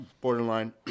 borderline